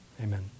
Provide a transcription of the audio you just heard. Amen